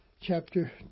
chapter